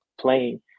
playing